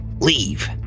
Leave